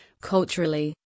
culturally